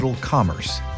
Commerce